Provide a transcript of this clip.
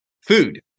Food